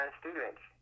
students